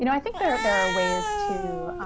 you know i think there. there are ways to